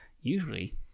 Usually